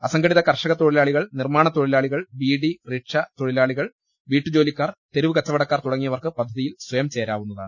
അസംഘടിത കർഷക തൊഴിലാളികൾ നിർമ്മാണ തൊഴിലാളികൾ ബിഡി റിക്ഷ തൊഴിലാളികൾ വീട്ടുജോലിക്കാർ തെരുവ് കച്ചവടക്കാർ തുട ങ്ങിയവർക്ക് പദ്ധതിയിൽ സ്വയം ചേരാവുന്നതാണ്